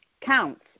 counts